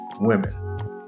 women